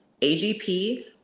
AGP